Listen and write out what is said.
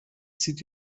zieht